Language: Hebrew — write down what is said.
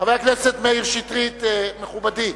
חבר הכנסת מאיר שטרית, מכובדי,